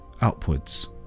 Upwards